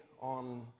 on